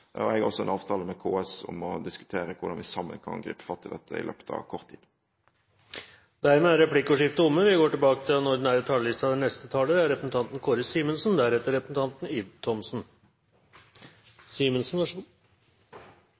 Jeg har også en avtale med KS om å diskutere hvordan vi sammen kan gripe fatt i dette i løpet av kort tid. Replikkordskiftet er omme. Nok en gang har vi